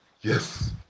Yes